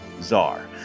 czar